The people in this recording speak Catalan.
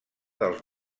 dels